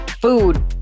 food